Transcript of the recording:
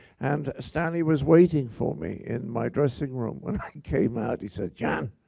and stanley was waiting for me in my dressing room. when i came out, he said, john,